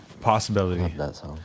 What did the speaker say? possibility